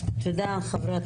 חברת